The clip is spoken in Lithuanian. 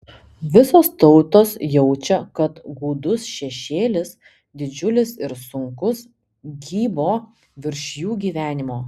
visos tautos jaučia kad gūdus šešėlis didžiulis ir sunkus kybo virš jų gyvenimo